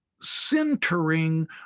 centering